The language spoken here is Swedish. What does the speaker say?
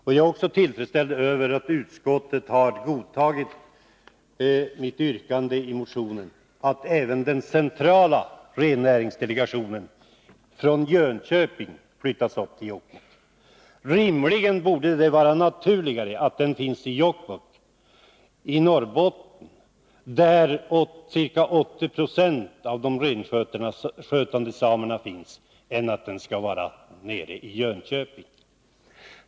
Vidare är jag till freds med att utskottet har godtagit mitt yrkande i motionen, att även den centrala rennäringsdelegationen flyttas från Jönköping upp till Jokkmokk. Rimligen borde det vara naturligare att den finns i Jokkmokk i Norrbotten, där ca 80 90 av de renskötande samerna finns, än att den skall vara förlagd till Jönköping.